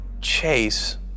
chase